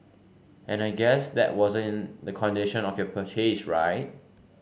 and I guess that wasn't the condition of your purchase right